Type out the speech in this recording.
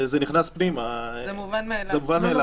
זה נכנס פנימה, זה מובן מאליו.